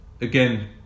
again